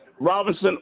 Robinson